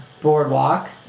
boardwalk